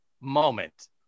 moment